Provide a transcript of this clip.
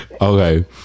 Okay